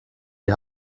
die